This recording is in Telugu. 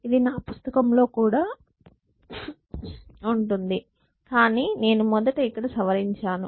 ఇది నా పుస్తకంలో కూడా ఇవ్వబడింది కాని నేను మొదట ఇక్కడ సవరించాను